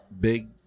big